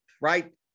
right